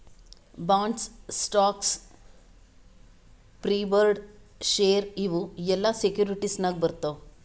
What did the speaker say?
bonds, stocks, preferred share ಇವು ಎಲ್ಲಾ securities ನಾಗೆ ಬರ್ತಾವ್